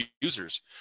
users